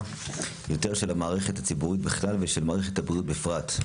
יותר של המערכת הציבורית בכלל ושל מערכת הבריאות בפרט.